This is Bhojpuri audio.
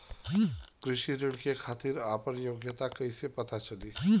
कृषि ऋण के खातिर आपन योग्यता कईसे पता लगी?